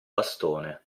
bastone